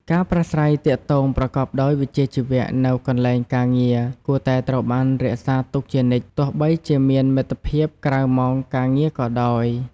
ការប្រាស្រ័យទាក់ទងប្រកបដោយវិជ្ជាជីវៈនៅកន្លែងការងារគួរតែត្រូវបានរក្សាទុកជានិច្ច ទោះបីជាមានមិត្តភាពក្រៅម៉ោងការងារក៏ដោយ។